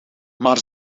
maar